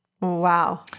Wow